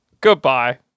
Goodbye